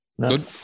Good